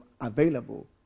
available